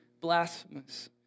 blasphemous